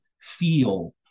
feel